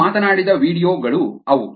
ನಾವು ಮಾತನಾಡಿದ ವೀಡಿಯೊ ಗಳು ಅವು